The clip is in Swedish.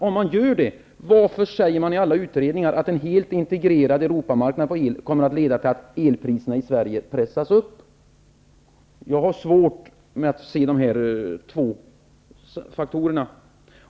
Om man gör det, varför sägs det då i alla utredningar att en helt integrerad Europamarknad för el kommer att leda till att elpriserna i Sverige pressas upp? Jag har svårt att se de här två faktorerna.